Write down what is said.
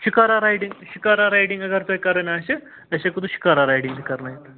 shikara riding shikara riding اگر تۄہہِ کرٕنۍ آسہِ أسۍ ہٮ۪کو تُہۍ شِکارا رایڈِنٛگ تہِ کرنٲوِتھ